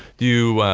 do